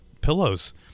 pillows